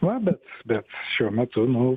va bet bet šiuo metu nu